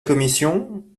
commission